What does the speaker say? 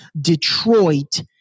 Detroit